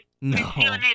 No